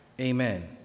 Amen